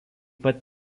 pat